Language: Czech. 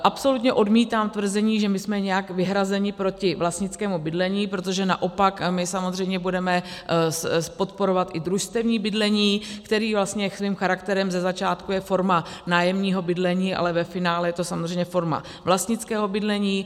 Absolutně odmítám tvrzení, že my jsme nějak vyhrazeni proti vlastnickému bydlení, protože naopak my samozřejmě budeme podporovat i družstevní bydlení, které svým charakterem ze začátku je forma nájemního bydlení, ale ve finále je to samozřejmě forma vlastnického bydlení.